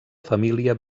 família